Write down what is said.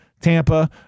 Tampa